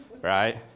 Right